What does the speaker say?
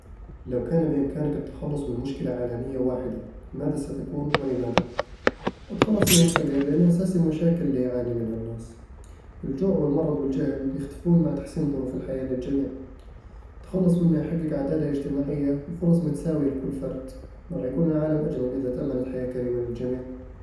لو كان بإمكانك التخلص من مشكلة عالمية واحدة، ماذا ستكون، ولماذا؟ بتخلص من الفقر لأنه أساس المشاكل اللي يعاني منها الناس الجوع والمرض والجهل يختفون مع تحسين ظروف الحياة للجميع التخلص منه يحقق عدالة اجتماعية وفرص متساوية لكل فرد رح يكون العالم أجمل إذا تأمنت حياة كريمة للجميع